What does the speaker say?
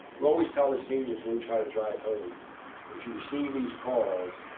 we always tell the seniors, what we try to drive home if you receive these calls,